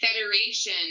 federation